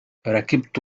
ركبت